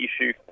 issue